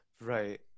Right